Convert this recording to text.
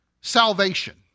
salvation